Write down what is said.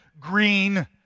green